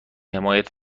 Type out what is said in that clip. حمایت